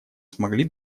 смогли